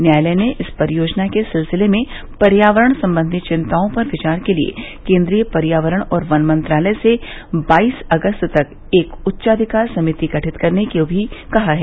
न्यायालय ने इस परियोजना के सिलसिले में पर्यावरण संबंधी चिंताओं पर विचार के लिए केंद्रीय पर्यावरण और वन मंत्रालय से बाईस अगस्त तक एक उच्चाधिकार समिति गठित करने को भी कहा है